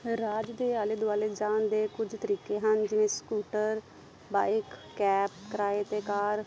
ਰਾਜ ਦੇ ਆਲੇ ਦੁਆਲੇ ਜਾਣ ਦੇ ਕੁਝ ਤਰੀਕੇ ਹਨ ਜਿਵੇਂ ਸਕੂਟਰ ਬਾਈਕ ਕੈਬ ਕਿਰਾਏ 'ਤੇ ਕਾਰ